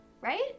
Right